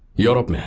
europe.